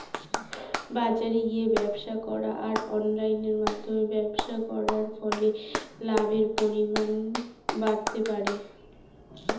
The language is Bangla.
বাজারে গিয়ে ব্যবসা করা আর অনলাইনের মধ্যে ব্যবসা করার ফলে লাভের পরিমাণ বাড়তে পারে?